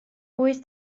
wyth